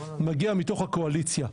מגיע מתוך הקואליציה,